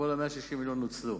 כל ה-160 מיליון נוצלו.